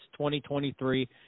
2023